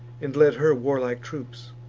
and led her warlike troops,